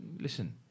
listen